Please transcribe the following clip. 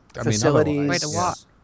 facilities